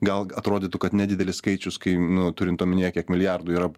gal atrodytų kad nedidelis skaičius kai nu turint omenyje kiek milijardų yra